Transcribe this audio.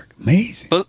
amazing